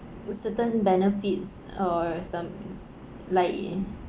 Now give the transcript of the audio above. certain benefits or some is like it